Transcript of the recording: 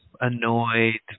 annoyed